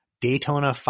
Daytona